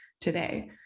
today